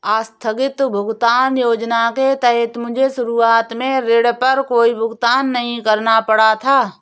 आस्थगित भुगतान योजना के तहत मुझे शुरुआत में ऋण पर कोई भुगतान नहीं करना पड़ा था